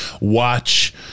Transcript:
watch